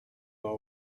are